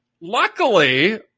luckily